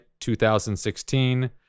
2016